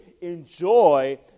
enjoy